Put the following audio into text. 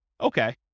Okay